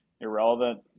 irrelevant